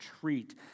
treat